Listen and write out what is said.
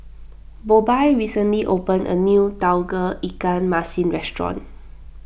Bobbye recently opened a new Tauge Ikan Masin restaurant